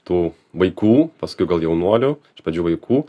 tų vaikų paskui gal jaunuolių pradžių vaikų